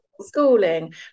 schooling